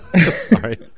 Sorry